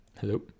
hello